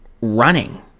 running